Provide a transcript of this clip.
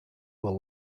were